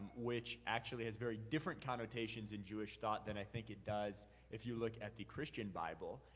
which actually has very different connotations in jewish thought than i think it does if you look at the christian bible,